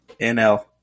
NL